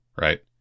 right